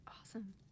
Awesome